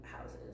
houses